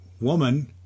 woman